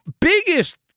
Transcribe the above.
biggest